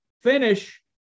finish